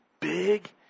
big